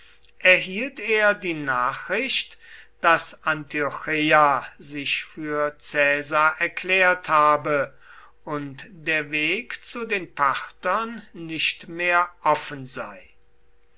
erhielt er die nachricht daß antiocheia sich für caesar erklärt habe und der weg zu den parthern nicht mehr offen sei